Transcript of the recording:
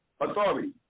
Authority